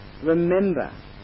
remember